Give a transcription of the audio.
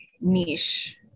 niche